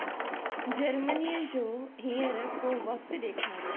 जर्मनीअ जो हींअर को वक़्तु ॾेखारियो